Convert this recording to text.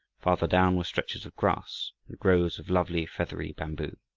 farther down were stretches of grass and groves of lovely feathery bamboo.